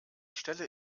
stelle